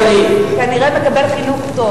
וכמובן,